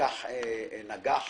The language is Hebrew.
"פקח נגח",